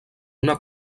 una